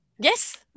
Yes